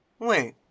Wait